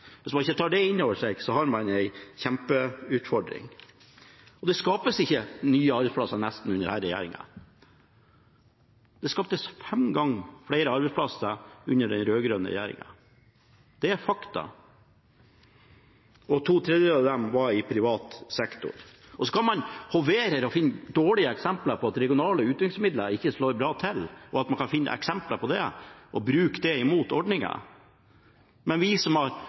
Hvis man ikke tar det inn over seg, har man en kjempeutfordring. Det skapes nesten ikke arbeidsplasser under denne regjeringen. Det ble skapt fem ganger flere arbeidsplasser under den rød-grønne regjeringen – det er fakta – og to tredjedeler av dem var i privat sektor. Så kan man hovere og finne dårlige eksempler på at regionale utviklingsmidler ikke slår bra til, og bruke det mot ordningen. Men vi som har